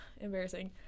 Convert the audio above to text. embarrassing